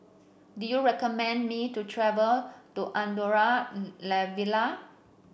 do you recommend me to travel to Andorra La Vella